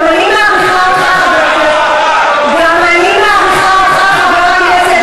גם אני מעריכה אותך, חבר הכנסת